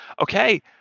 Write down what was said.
Okay